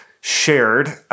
shared